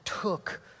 took